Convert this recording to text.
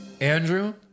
Andrew